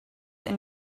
and